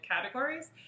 categories